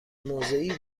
موضعی